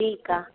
ठीकु आहे